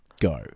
go